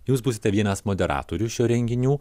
jūs būsite vienas moderatorių šių renginių